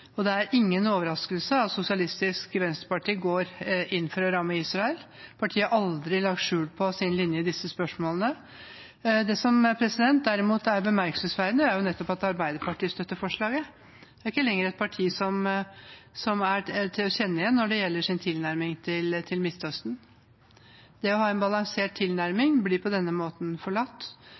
Det er ingen overraskelse at Sosialistisk Venstreparti går inn for å ramme Israel, partiet har aldri lagt skjul på sin linje i disse spørsmålene. Det som derimot er bemerkelsesverdig, er jo nettopp at Arbeiderpartiet støtter forslaget. Det er ikke lenger et parti som er til å kjenne igjen når det gjelder sin tilnærming til Midtøsten. Det å ha en balansert tilnærming blir på denne måten forlatt.